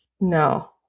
No